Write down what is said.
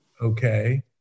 okay